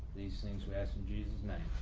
these things we ask in jesus name.